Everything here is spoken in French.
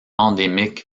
endémique